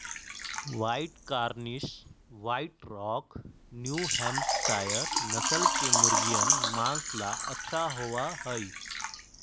white cornish, white rock, New Hampshire नस्ल के मुर्गियन माँस ला अच्छा होबा हई